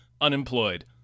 unemployed